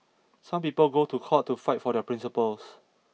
some people go to court to fight for their principles